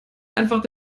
einfach